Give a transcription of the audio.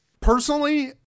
personally